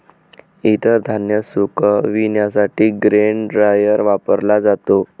इतर धान्य सुकविण्यासाठी ग्रेन ड्रायर वापरला जातो